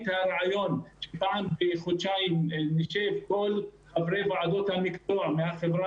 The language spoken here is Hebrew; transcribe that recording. את הרעיון של פעם בחודשיים נשב כל חברי ועדות המקצוע מהחברה